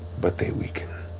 but they weaken.